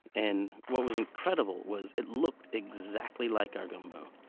and what was incredible was it looked exactly like our gumbo,